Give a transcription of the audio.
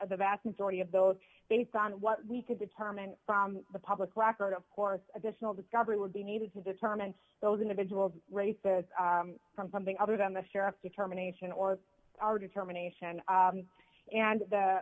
the vast majority of those based on what we could determine from the public record of course additional discovery would be needed to determine those individual races from something other than the sheriff determination or our determination and the